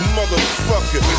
Motherfucker